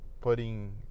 putting